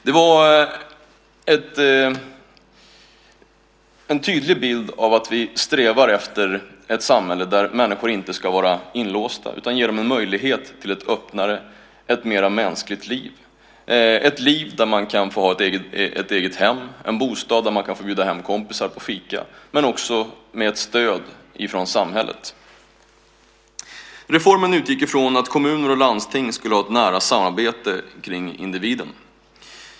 Det var en tydlig bild av att vi strävar efter ett samhälle där människor inte ska vara inlåsta utan ges en möjlighet till ett öppnare, mer mänskligt liv, ett liv där man kan få ha ett eget hem, en bostad dit man kan bjuda hem kompisar på fika, men också med ett stöd från samhället. Reformen utgick från att kommuner och landsting skulle ha ett nära samarbete kring individen.